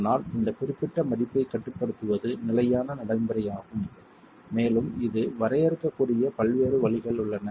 ஆனால் இந்த குறிப்பிட்ட மதிப்பைக் கட்டுப்படுத்துவது நிலையான நடைமுறையாகும் மேலும் இது வரையறுக்கக்கூடிய பல்வேறு வழிகள் உள்ளன